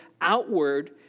outward